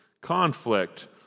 conflict